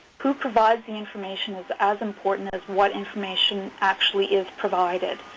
who provides the information is as important as what information actually is provided.